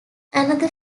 another